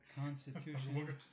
constitution